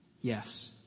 Yes